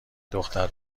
دختر